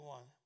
One